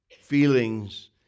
feelings